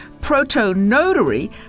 Protonotary